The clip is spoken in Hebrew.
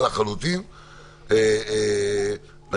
אבל